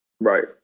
Right